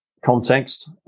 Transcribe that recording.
Context